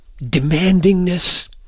demandingness